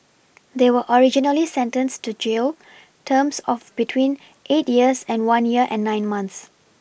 they were originally sentenced to jail terms of between eight years and one year and nine months